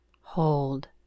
hold